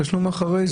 התשלום אחרי.